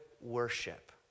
worship